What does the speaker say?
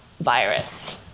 virus